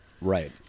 Right